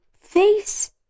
face